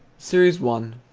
series one,